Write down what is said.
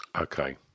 okay